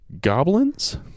goblins